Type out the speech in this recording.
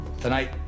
Tonight